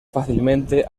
fácilmente